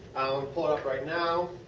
pull it up right now.